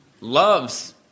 loves